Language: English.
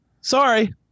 sorry